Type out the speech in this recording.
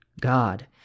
God